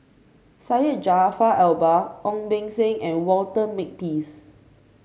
Syed Jaafar Albar Ong Beng Seng and Walter Makepeace